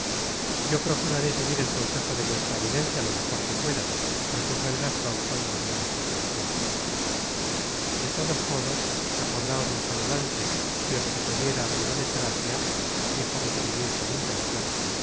yo procuraré seguir el consejo de vuestra eminencia lo mejor que pueda repuso el gascon con noble resignacion de todos modos acordaos mas adelante si os sucediera alguna desgracia dijo richelieu con intencion